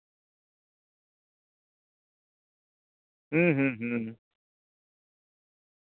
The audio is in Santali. ᱦᱩᱸ ᱦᱩᱸ ᱦᱩᱸ